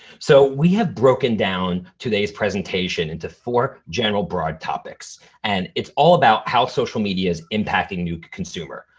so we have broken down today's presentation into four general broad topics and it's all about how social media is impacting new consumer,